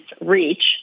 reach